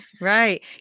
Right